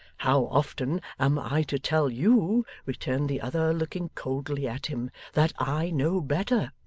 how often am i to tell you returned the other, looking coldly at him, that i know better